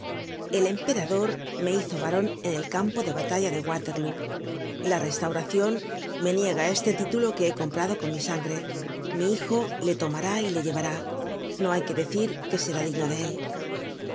el emperador me hizo baron en el campo de baxtalla de waterlóo la restauracion me niega este título que he com prado con mi sangre mi hijo le tomará y le llevará no hay que decir jque será digno de él